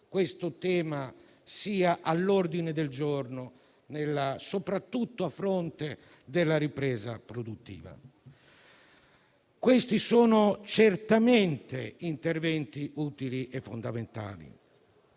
questo tema sia all'ordine del giorno, soprattutto a fronte della ripresa produttiva. Questi sono certamente interventi utili e fondamentali,